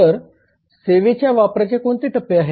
तर सेवेच्या वापराचे कोणते टप्पे आहेत